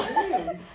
oh damn